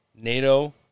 NATO